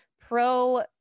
pro